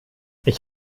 ich